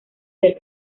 ser